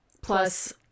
Plus